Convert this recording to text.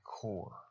core